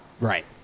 right